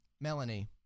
Melanie